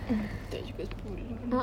mm tak cukup sepuluh ini